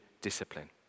discipline